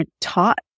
taught